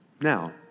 now